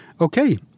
Okay